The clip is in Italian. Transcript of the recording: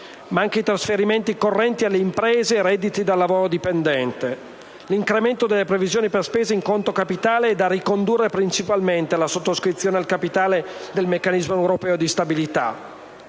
trasferimenti correnti alle imprese e redditi da lavoro dipendente. L'incremento delle previsioni per spese in conto capitale è da ricondurre principalmente alla sottoscrizione al capitale del meccanismo europeo di stabilità.